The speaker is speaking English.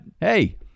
hey